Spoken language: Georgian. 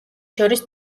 შორის